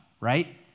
right